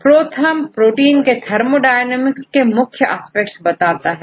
ProTherm protein के लिए thermodynamics के मुख्य एस्पेक्ट बताता है